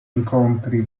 incontri